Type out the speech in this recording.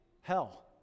hell